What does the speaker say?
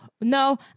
no